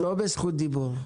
את לא בזכות דיבור.